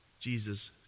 jesus